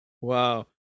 Wow